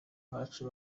bacu